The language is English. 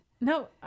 No